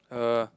uh